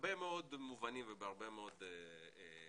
בהרבה מאוד מובנים ובהרבה מאוד כיוונים.